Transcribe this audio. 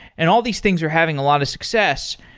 and all these things are having a lot of success,